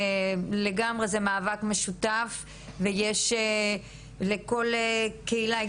זה לגמרי מאבק משותף ויש לכל קהילה,